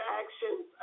actions